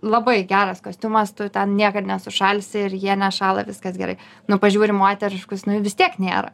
labai geras kostiumas tu ten niekad nesušalsi ir jie nešąla viskas gerai nu pažiūri moteriškus nu vis tiek nėra